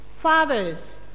fathers